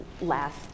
last